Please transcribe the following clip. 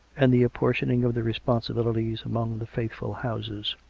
and the apportioning of the responsibilities among the faithful houses.